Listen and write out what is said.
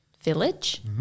village